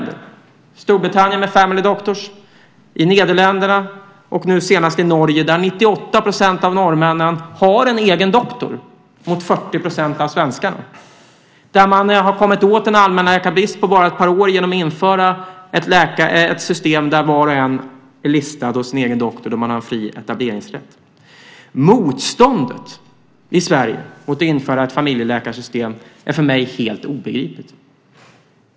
Det fungerar i Storbritannien med family doctors , i Nederländerna och nu senast i Norge där 98 % av norrmännen har en egen doktor mot 40 % av svenskarna. Man har kommit åt en allmänläkarbrist på bara ett par år genom att införa ett system där var och en är listad hos sin egen doktor och där man har en fri etableringsrätt. Motståndet i Sverige mot att införa ett familjeläkarsystem är för mig helt obegripligt.